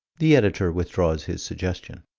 the editor withdraws his suggestion.